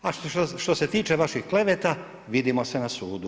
A što se tiče vaših kleveta, vidimo se na sudu.